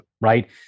right